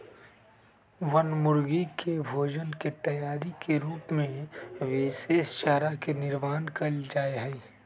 बनमुर्गी के भोजन के तैयारी के रूप में विशेष चारा के निर्माण कइल जाहई